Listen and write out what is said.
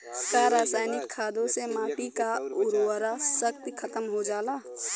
का रसायनिक खादों से माटी क उर्वरा शक्ति खतम हो जाला?